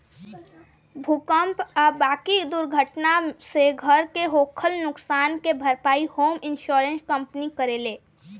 भूकंप आ बाकी दुर्घटना से घर के होखल नुकसान के भारपाई होम इंश्योरेंस कंपनी करेले